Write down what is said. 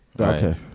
Okay